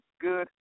good